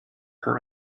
her